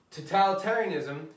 Totalitarianism